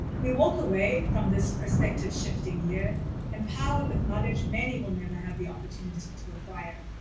we walk away from this perspective shifting year empowered with knowledge many will never have the opportunity to acquire.